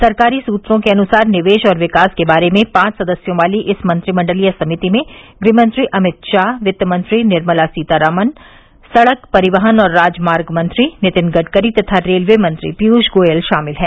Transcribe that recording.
सरकारी सुत्रों के अनुसार निवेश और विकास के बारे में पांच सदस्यों वाली इस मंत्रिमंडलीय समिति में गृह मंत्री अमित शाह वित्त मंत्री निर्मला सीतारमण सड़क परिवहन और राजमार्ग मंत्री नितिन गडकरी तथा रेलवे मंत्री पीयूष गोयल शामिल हैं